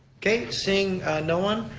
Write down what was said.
okay, seeing no one,